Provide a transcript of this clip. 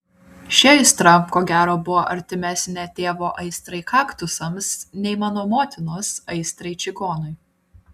ši aistra ko gero buvo artimesnė tėvo aistrai kaktusams nei mano motinos aistrai čigonui